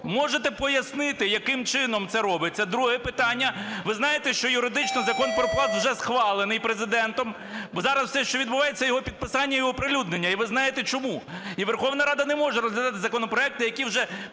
Можете пояснити, яким чином це робиться? Друге питання. Ви знаєте, що юридично Закон про Пласт вже схвалений Президентом. Зараз все, що відбувається, його підписання і оприлюднення, і ви знаєте чому. І Верховна Рада не може розглядати законопроекти, які вже